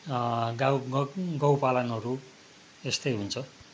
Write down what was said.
गाउँ गौ गौपालनहरू यस्तै हुन्छ